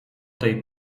tej